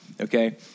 okay